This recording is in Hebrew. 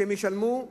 שהם ישלמו,